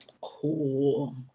cool